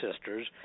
sisters